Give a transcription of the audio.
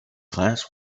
class